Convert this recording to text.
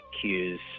cues